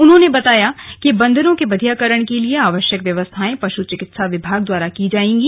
उन्होंने कहा कि बन्दरों के बधियाकरण के लिए आवश्यक व्यवस्थाएं पश् चिकित्सा विभाग द्वारा की जाएंगी